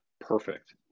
perfect